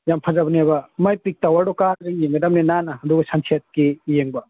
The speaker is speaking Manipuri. ꯌꯥꯝ ꯐꯖꯕꯅꯦꯕ ꯃꯥꯒꯤ ꯄꯤꯛ ꯇꯋꯥꯔꯗꯣ ꯀꯥꯔꯒ ꯌꯦꯡꯒꯗꯝꯅꯦ ꯅꯥꯟꯅ ꯑꯗꯨꯒ ꯁꯟꯁꯦꯠꯀꯤ ꯌꯦꯡꯕ